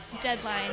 deadline